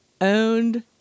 owned